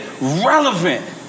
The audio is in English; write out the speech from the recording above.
relevant